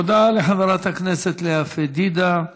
תודה לחברת הכנסת לאה פדידה.